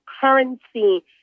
currency